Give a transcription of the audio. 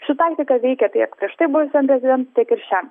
ši taktika veikė tiek prieš tai buvusiam prezidentui tiek ir šiam